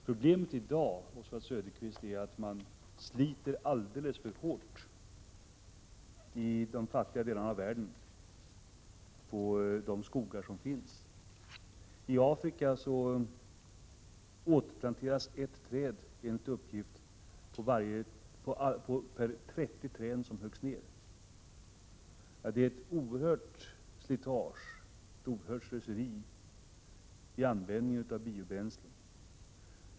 Problemet i dag, Oswald Söderqvist, är att man i de fattiga delarna av världen sliter alldeles för hårt på de skogar som finns. I Afrika återplanteras enligt uppgift ett träd för varje trettiotal träd som huggs ned. Det är ett oerhört slitage på naturen och ett oerhört slöseri i användningen av biobränslen.